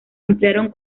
ampliaron